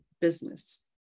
business